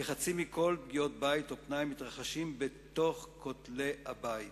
כחצי מכל פגיעות הבית או הפנאי מתרחשות בין כותלי הבית,